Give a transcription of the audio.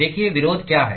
देखिए विरोध क्या है